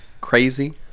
crazy